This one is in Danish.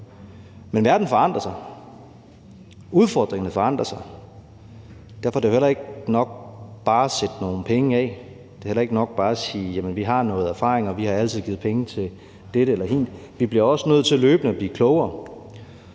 Men verden forandrer sig, udfordringerne forandrer sig, og derfor er det heller ikke nok bare at sætte nogle penge af, og det er heller ikke nok bare at sige: Vi har noget erfaring, og vi har altid givet penge til dette eller hint. Vi bliver også nødt til løbende at blive klogere,